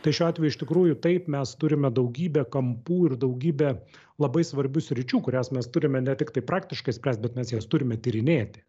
tai šiuo atveju iš tikrųjų taip mes turime daugybę kampų ir daugybę labai svarbių sričių kurias mes turime ne tiktai praktiškai spręst bet mes jas turime tyrinėti